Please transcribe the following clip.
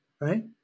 Right